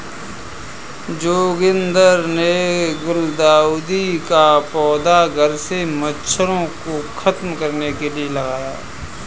जोगिंदर ने गुलदाउदी का पौधा घर से मच्छरों को खत्म करने के लिए लगाया